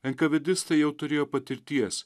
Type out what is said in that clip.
enkavėdistai jau turėjo patirties